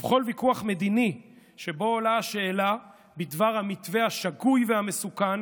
ובכל ויכוח מדיני שבו עולה השאלה בדבר המתווה השגוי והמסוכן